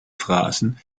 phrasen